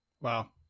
Wow